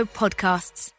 podcasts